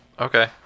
Okay